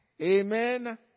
Amen